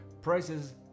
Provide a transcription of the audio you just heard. prices